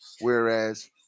Whereas